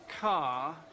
car